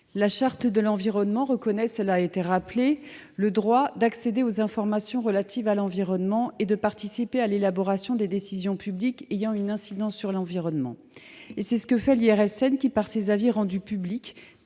La Charte de l’environnement reconnaît le droit d’accéder aux informations relatives à l’environnement et de participer à l’élaboration des décisions publiques ayant une incidence sur l’environnement. À cet égard, l’IRSN, par ses avis rendus publics